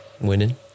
Winning